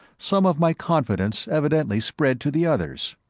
some of my confidence evidently spread to the others.